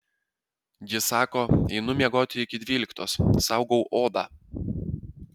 ji sako einu miegoti iki dvyliktos saugau odą